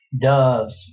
Doves